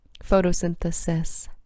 Photosynthesis